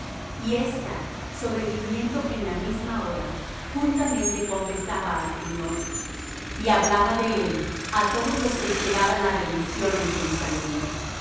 y ésta sobreviniendo en la misma hora juntamente confesaba al señor y hablaba de él á todos los que esperaban la redención en jerusalem